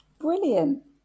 brilliant